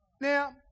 Now